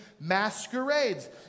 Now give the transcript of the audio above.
masquerades